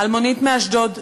אלמונית מאשדוד ז"ל,